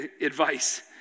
advice